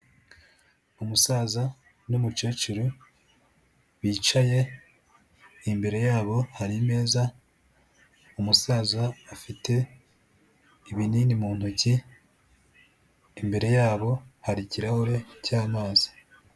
Umusaza n'umukecuru bicaye imbere yabo hari imeza, umusaza afite ibinini mu ntoki, imbere yabo hari ikirahure cy'amazi.